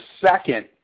second